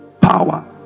power